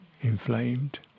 inflamed